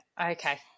Okay